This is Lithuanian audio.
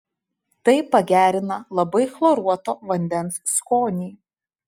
tai pagerina labai chloruoto vandens skonį